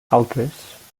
altres